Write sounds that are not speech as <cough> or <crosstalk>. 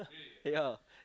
ya <laughs>